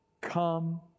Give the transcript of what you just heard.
Come